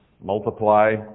multiply